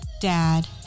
dad